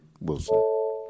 Wilson